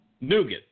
Nougat